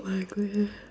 !my-goodness!